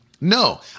No